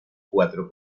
cuatro